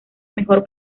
mejor